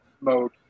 mode